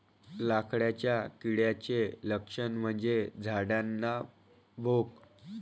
लाकडाच्या किड्याचे लक्षण म्हणजे झाडांना भोक